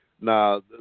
Now